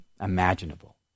imaginable